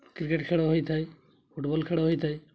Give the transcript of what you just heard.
cricket ଖେଳ ହୋଇଥାଏ football ଖେଳ ହୋଇଥାଏ